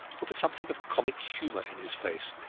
but with something of comic humour in his face,